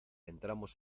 entramos